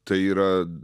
tai yra